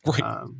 Right